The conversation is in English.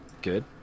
Good